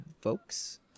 folks